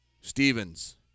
Stevens